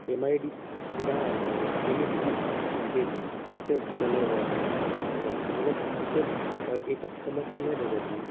M A D C यदा M E C B अस्ति चेत् तस्य ल ध्यानम् अस्ति चेत् एषा समस्या न भवति